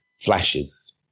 flashes